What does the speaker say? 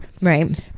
right